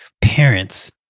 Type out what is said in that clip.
parents